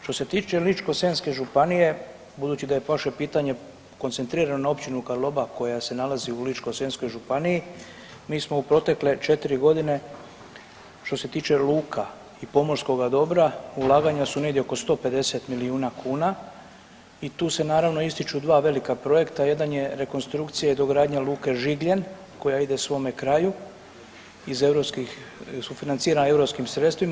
Što se tiče Ličko-senjske županije budući da je vaše pitanje koncentrirano na Općinu Karlobag koja se nalazi u Ličko-senjskoj županiji mi smo u protekle četiri godine što se tiče luka i pomorskoga dobra ulaganja su negdje oko 150 milijuna kuna i tu se naravno ističu dva velika projekta, jedan je rekonstrukcija dogradnja luke Žigljen koja ide svome kraju sufinancirana europskim sredstvima.